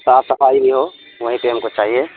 صاف صفائی بھی ہو وہیں پہ ہم کو چاہیے